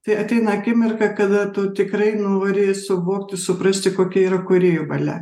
tai ateina akimirka kada tu tikrai nori suvokti suprasti kokia yra kūrėjo valia